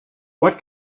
what